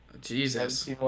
Jesus